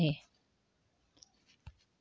नैसर्गिक रबर एक इलॅस्टोमर आणि थर्मोप्लास्टिक आहे